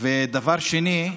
דבר שני,